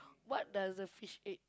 what does the fish egg